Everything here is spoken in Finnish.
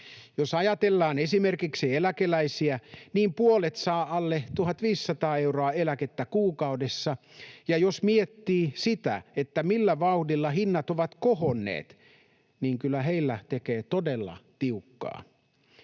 Jos ajatellaan esimerkiksi eläkeläisiä, niin puolet saa alle 1 500 euroa eläkettä kuukaudessa, ja jos miettii sitä, millä vauhdilla hinnat ovat kohonneet, niin kyllä heillä tekee todella tiukkaa.